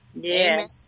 Yes